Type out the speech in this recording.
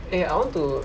eh I want to